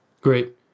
Great